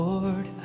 Lord